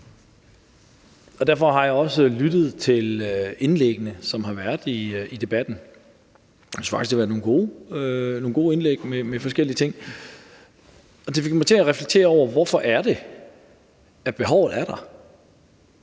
Derfor har jeg også lyttet til indlæggene, som har været i debatten. Jeg synes faktisk, det har været nogle gode indlæg med forskellige ting. Det fik mig til at reflektere over, hvorfor behovet er der.